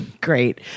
Great